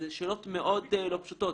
זה שאלות מאוד לא פשוטות.